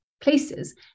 places